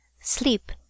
Sleep